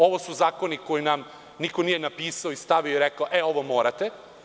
Ovo su zakoni koji nam nije niko napisao i stavio i rekao – ovo morate.